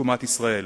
לתקומת ישראל.